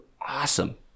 awesome